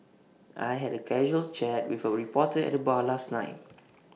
I had A casual chat with A reporter at the bar last night